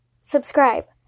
subscribe